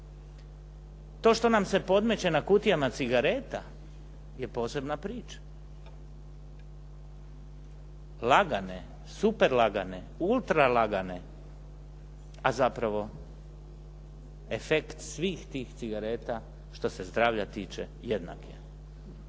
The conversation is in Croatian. To što nam se podmeće na kutijama cigareta je posebna priča. Lagane, super lagane, ultra lagane, a zapravo efekt svih tih cigareta što se zdravlja tiče jednak je.